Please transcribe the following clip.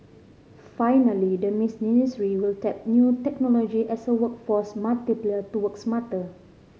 finally the will tap new technology as a workforce multiplier to work smarter